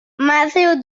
matthew